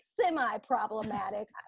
semi-problematic